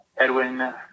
Edwin